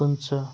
پٕنژاہ